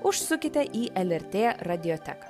užsukite į lrt radioteką